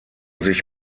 sich